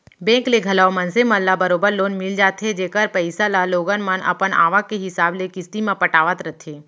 bank ले घलौ मनसे मन ल बरोबर लोन मिल जाथे जेकर पइसा ल लोगन मन अपन आवक के हिसाब ले किस्ती म पटावत रथें